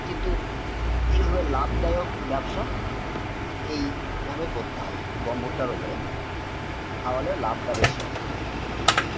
কিন্তু এইভাবে লাভদায়ক ব্যবসা এইভাবে করতে হয় গম ভুট্টার ওপরে খাওয়ালে লাভটা বেশি হয়